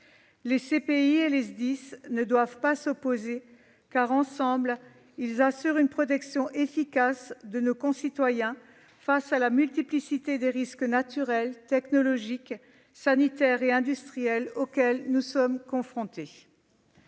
Les CPI et les SDIS ne doivent pas s'opposer, car, ensemble, ils assurent une protection efficace de nos concitoyens face à la multiplicité des risques naturels, technologiques, sanitaires et industriels auxquels nous sommes confrontés.